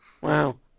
Wow